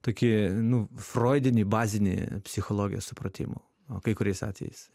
tokį nu froidinį bazinį psichologijos supratimu o kai kuriais atvejais